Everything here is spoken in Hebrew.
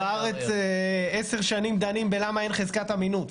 בארץ עשר שנים דנים בשאלה למה אין חזקת אמינות